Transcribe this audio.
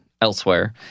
elsewhere